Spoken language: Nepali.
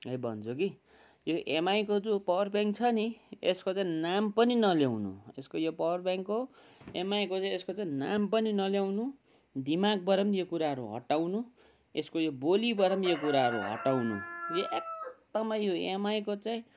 यही भन्छु कि यो एमआईको जो पावर ब्याङ्क छ नि यसको चाहिँ नाम पनि नल्याउनु यसको यो पावर ब्याङ्कको एमआईको चाहिँ नाम पनि नल्याउनु दिमागबाट पनि यो कुराहरू हटाउनु यसको यो बोलीबाट पनि यो कुराहरू हटाउनु यो एकदमै यो एमआईको चाहिँ